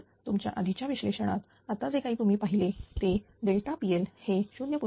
तर तुमच्या आधीच्या विश्लेषणात आता जे काही तुम्ही पाहिले ते pL हे 0